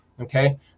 Okay